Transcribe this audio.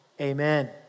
Amen